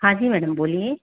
हाँ जी मैडम बोलिए